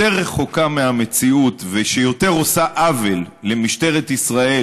רחוקה מהמציאות ושהיא יותר עושה עוול למשטרת ישראל,